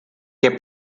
que